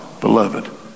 beloved